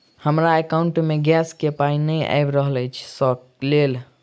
हमरा एकाउंट मे गैस केँ पाई नै आबि रहल छी सँ लेल?